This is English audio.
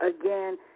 Again